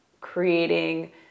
creating